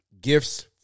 gifts